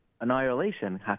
annihilation